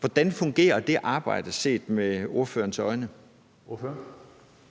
Hvordan fungerer det arbejde set med ordførerens øjne?